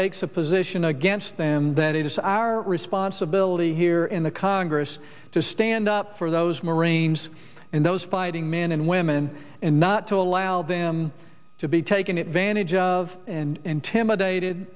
takes a position against them then it is our responsibility here in the congress to stand up for those marines and those fighting men and women and not to allow them to be taken advantage of and intimidated